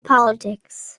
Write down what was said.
politics